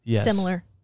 similar